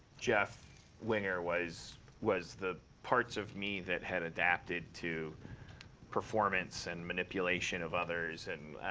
jeff winger was was the parts of me that had adapted to performance, and manipulation of others, and